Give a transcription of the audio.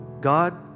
God